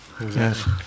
Yes